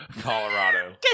Colorado